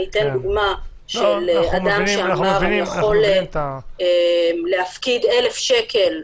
אני אתן דוגמה של אדם שאמר אני יכול להפקיד 1,000 שקל,